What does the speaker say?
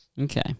Okay